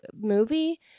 movie